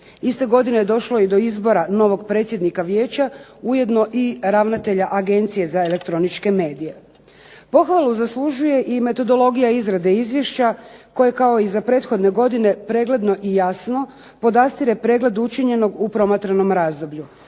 Iste godine je došlo do izbora novog predsjednika vijeća ujedno i ravnatelja Agencije za elektroničke medije. Pohvalu zaslužuje i metodologije izrade izvješća koje je kao i za prethodne godine pregledno i jasno, podastire pregled učinjenog u promatranom razdoblju.